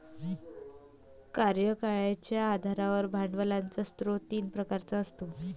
कार्यकाळाच्या आधारावर भांडवलाचा स्रोत तीन प्रकारचा असतो